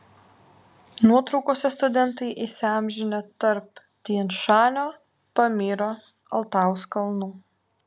nuotraukose studentai įsiamžinę tarp tian šanio pamyro altajaus kalnų